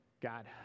God